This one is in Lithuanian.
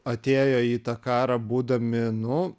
atėjo į tą karą būdami nu